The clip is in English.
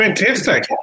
Fantastic